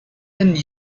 and